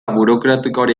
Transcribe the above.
burokratikoari